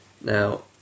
Now